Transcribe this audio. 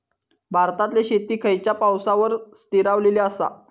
भारतातले शेती खयच्या पावसावर स्थिरावलेली आसा?